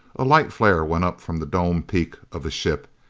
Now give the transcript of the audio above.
a light flare went up from the dome peak of the ship.